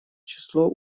число